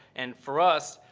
and for us,